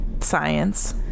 Science